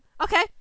Okay